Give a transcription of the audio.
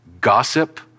gossip